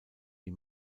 die